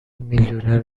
میلیونر